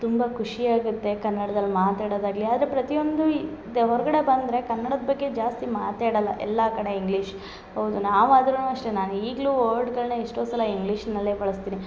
ತುಂಬ ಖುಷಿ ಆಗುತ್ತೆ ಕನ್ನಡ್ದಲ್ಲಿ ಮಾತಡದು ಆಗಲಿ ಆದರೆ ಪ್ರತಿಯೊಂದು ಈ ದ ಹೊರಗಡೆ ಬಂದರೆ ಕನ್ನಡದ ಬಗ್ಗೆ ಜಾಸ್ತಿ ಮಾತೆ ಆಡಲ್ಲ ಎಲ್ಲಾ ಕಡೆ ಇಂಗ್ಲೀಷ್ ಹೌದು ನಾವು ಆದರೂನು ಅಷ್ಟೆ ನಾವು ಈಗಲೂ ವರ್ಡ್ಗಳನ್ನ ಎಷ್ಟೋ ಸಲ ಇಂಗ್ಲೀಷ್ನಲ್ಲೆ ಬಳಸ್ತೀನಿ